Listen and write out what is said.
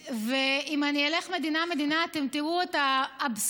אם אני אלך מדינה-מדינה אתם תראו את האבסורד